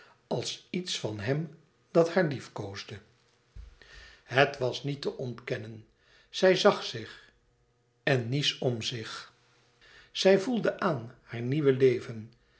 als iets van hem dat haar liefkoosde en het was niet te ontkennen zij zag zich en nice om zich zij voelde aan haar nieuw leven